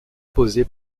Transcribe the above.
posé